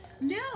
No